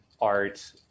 art